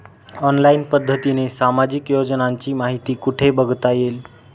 Online पद्धतीने सामाजिक योजनांची माहिती कुठे बघता येईल?